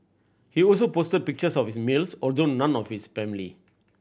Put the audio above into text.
he also posted pictures of his meals although none with his family